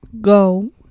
Go